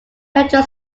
petrol